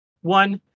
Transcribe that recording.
one